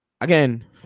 Again